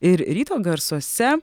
ir ryto garsuose